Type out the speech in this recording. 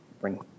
bring